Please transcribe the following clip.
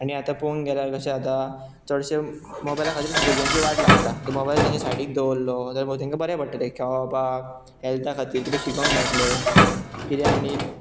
आनी आतां पळोवंक गेल्यार कशें आतां चडशे मोबायला खातीर भुरग्यांची वाट लागता मोबायल तेंच्या सायडीक दवरलो जाल्या तांकां बरें पडटलें खळोपाक हेल्थ खातीर किदें शिकोंक मेळटलें कितें आनी